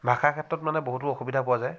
ভাষাৰ ক্ষেত্ৰত মানে বহুতো অসুবিধা পোৱা যায়